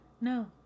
no